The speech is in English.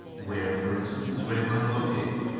where, for instance, is grantline located?